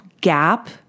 gap